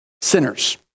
sinners